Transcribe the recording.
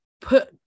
put